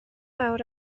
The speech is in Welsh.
fawr